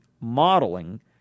modeling